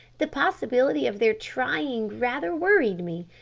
the possibility of their trying rather worried me.